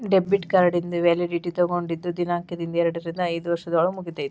debit ಕಾರ್ಡಿಂದು validity ತೊಗೊಂಡದ್ ದಿನಾಂಕ್ದಿಂದ ಎರಡರಿಂದ ಐದ್ ವರ್ಷದೊಳಗ ಮುಗಿತೈತಿ